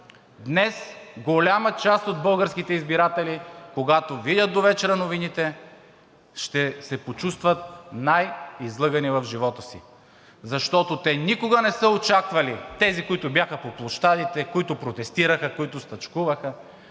Днес голяма част от българските избиратели, когато видят довечера новините, ще се почувстват най-излъгани в живота си, защото те никога не са очаквали – тези, които бяха по площадите, които протестираха, които стачкуваха,